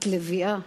את לביאה.